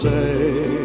say